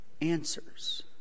answers